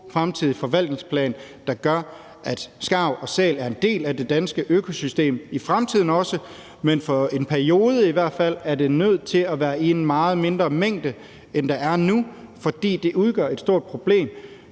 fremtidig forvaltningsplan, der gør, at skarven og sælen er en del af det danske økosystem i fremtiden også, men for en periode i hvert fald er det nødt til at være i et meget mindre antal, end det er nu, fordi de udgør et stort problem